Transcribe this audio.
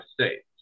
states